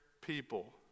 people